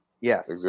Yes